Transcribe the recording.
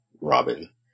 Robin